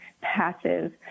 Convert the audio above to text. passive